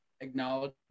acknowledge